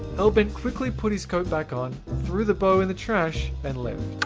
hellbent quickly put his coat back on, threw the bow in the trash and left.